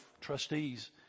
trustees